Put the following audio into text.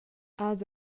has